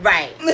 Right